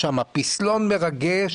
פסלון מרגש,